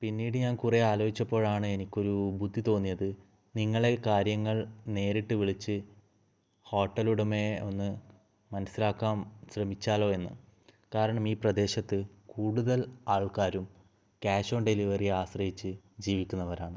പിന്നീട് ഞാൻ കുറെ ആലോചിച്ചപ്പോഴാണ് എനിക്കൊരു ബുദ്ധി തോന്നിയത് നിങ്ങളെ കാര്യങ്ങൾ നേരിട്ട് വിളിച്ച് ഹോട്ടൽ ഉടമയെ ഒന്ന് മനസ്സിലാക്കാൻ ശ്രമിച്ചാലോ എന്ന് കാരണം ഈ പ്രദേശത്ത് കൂടുതൽ ആൾക്കാരും ക്യാഷ് ഓൺ ഡെലിവറി ആശ്രയിച്ച് ജീവിക്കുന്നവരാണ്